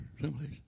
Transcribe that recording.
someplace